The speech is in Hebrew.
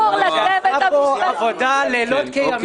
ברודצקי שעשתה פה עבודה לילות כימים,